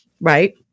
Right